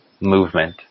movement